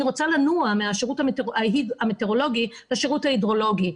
אני רוצה לנוע מהשירות המטאורולוגי לשירות ההידרולוגי.